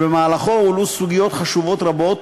ובמהלכו הועלו סוגיות חשובות רבות,